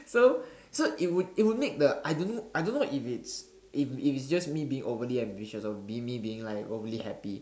so so it would it would make the I don't know I don't know if it's if it's if it's just me being overly ambitious or me being like overly happy